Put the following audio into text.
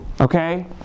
Okay